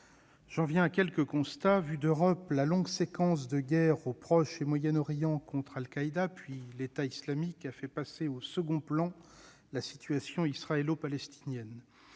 J'en viens à quelques constats. Vu d'Europe, la longue séquence de guerre au Proche et au Moyen-Orient contre Al-Qaïda, puis l'État islamique, a fait passer au second plan la situation israélo-palestinienne.